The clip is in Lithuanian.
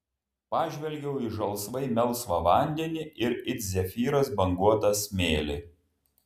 pažvelgiau į žalsvai melsvą vandenį ir it zefyras banguotą smėlį